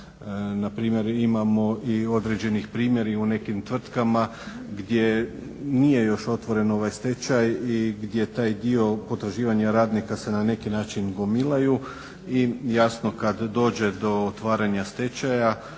Npr. imamo određenih primjera i u nekim tvrtkama gdje nije još otvoren stečaj i gdje taj dio potraživanja radnika se na neki način gomilaju i jasno kada dođe do otvaranja stečaja